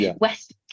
West